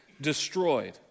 destroyed